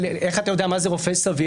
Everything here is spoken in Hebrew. איך אתה יודע מה זה רופא סביר,